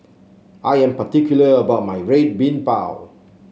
I am particular about my Red Bean Bao